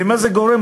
למה זה גורם?